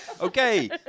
Okay